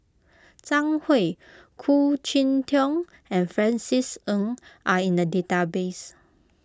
Zhang Hui Khoo Cheng Tiong and Francis Ng are in the database